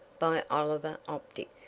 by oliver optic,